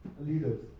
Leaders